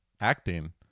acting